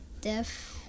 deaf